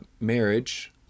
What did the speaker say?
marriage